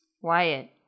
Wyatt